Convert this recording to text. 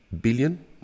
billion